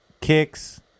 kicks